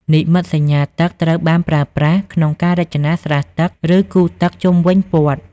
និមិត្តសញ្ញាទឹក ត្រូវបានប្រើប្រាស់ក្នុងការរចនាស្រះទឹកឬគូទឹកជុំវិញវត្ត។